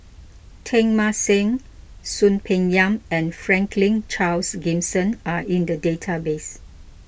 Teng Mah Seng Soon Peng Yam and Franklin Charles Gimson are in the database